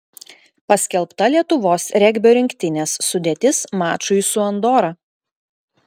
paskelbta lietuvos regbio rinktinės sudėtis mačui su andora